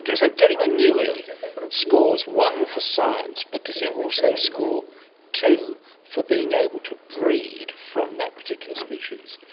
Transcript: yeah so getting a newie scores one for science but does it yeah also score two for being able to breed from that particular species?